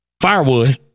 firewood